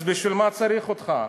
אז בשביל מה צריך אותך?